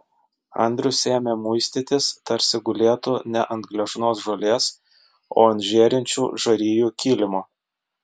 andrius ėmė muistytis tarsi gulėtų ne ant gležnos žolės o ant žėrinčių žarijų kilimo